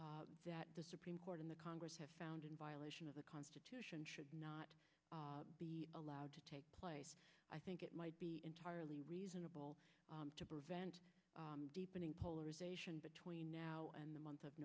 do that the supreme court in the congress has found in violation of the constitution should not be allowed to take place i think it might be entirely reasonable to prevent deepening polarization between now and the month of